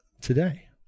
today